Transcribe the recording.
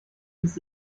ist